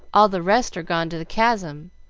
all the rest are gone to the chasm.